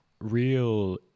real